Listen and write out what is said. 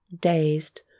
dazed